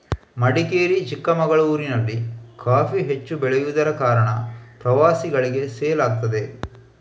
ಮಡಿಕೇರಿ, ಚಿಕ್ಕಮಗಳೂರಿನಲ್ಲಿ ಕಾಫಿ ಹೆಚ್ಚು ಬೆಳೆಯುದರ ಕಾರಣ ಪ್ರವಾಸಿಗಳಿಗೆ ಸೇಲ್ ಆಗ್ತದೆ